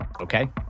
Okay